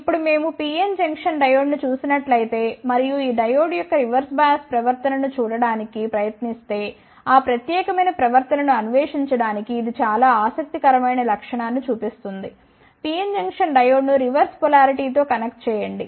ఇప్పుడు మేము PN junction డయోడ్ను చూసినట్లయితే మరియు ఈ డయోడ్ యొక్క రివర్స్ బయాస్ ప్రవర్తనను చూడటానికి ప్రయత్నిస్తే ఆ ప్రత్యేకమైన ప్రవర్తనను అన్వేషించడానికి ఇది చాలా ఆసక్తికరమైన లక్షణాన్ని చూపిస్తుంది PN జంక్షన్ డయోడ్ను రివర్స్ పొలారిటీతో కనెక్ట్ చేయండి